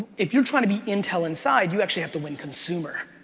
if you're trying to be intel inside, you actually have to win consumer.